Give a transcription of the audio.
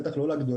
בטח לא לגדולים,